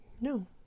No